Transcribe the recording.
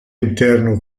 interno